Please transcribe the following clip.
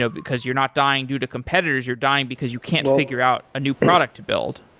ah because you're not dying due to competitors. you're dying because you can't figure out a new product to build.